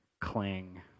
cling